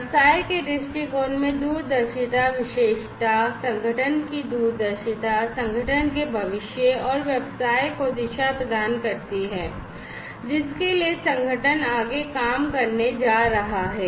व्यवसाय के दृष्टिकोण में दूरदर्शिता विशेषता संगठन की दूरदर्शिता संगठन के भविष्य और व्यवसाय को दिशा प्रदान करती है जिसके लिए संगठन आगे काम करने जा रहा है